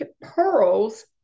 pearls